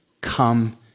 come